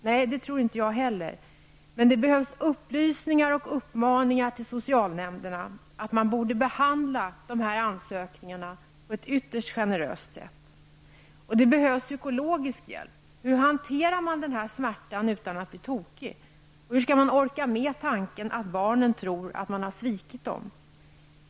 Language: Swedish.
Nej, det tror inte jag heller, men det behövs upplysningar och uppmaningar till socialnämnderna att behandla dessa ansökningar på ett ytterst generöst sätt. Det behövs också psykologisk hjälp. Hur hanterar man denna smärta utan att bli tokig? Och hur skall man orka med tanken att barnen tror att man har svikit dem?